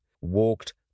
walked